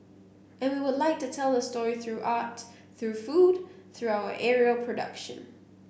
and we would like to tell the story through art through food through our aerial production